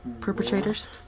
Perpetrators